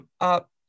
up